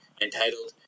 entitled